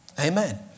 Amen